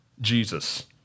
Jesus